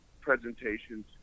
presentations